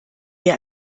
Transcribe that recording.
wir